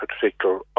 particular